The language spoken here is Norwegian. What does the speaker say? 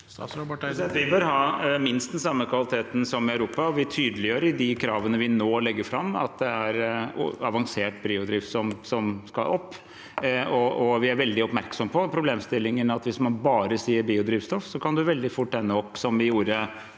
Vi bør ha minst den samme kvaliteten som i Europa. Vi tydeliggjør i de kravene vi nå legger fram, at det er avansert biodrivstoff som skal opp. Vi er veldig oppmerksom på problemstillingen med at hvis man bare sier biodrivstoff, kan vi veldig fort ende opp, som vi gjorde